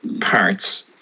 parts